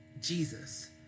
Jesus